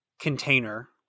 container